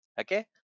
okay